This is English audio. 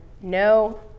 no